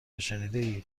شنیدهاید